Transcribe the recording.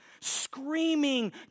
screaming